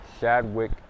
Shadwick